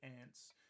ants